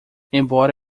embora